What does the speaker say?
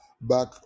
back